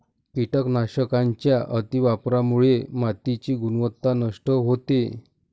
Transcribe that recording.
कीटकनाशकांच्या अतिवापरामुळे मातीची गुणवत्ता नष्ट होते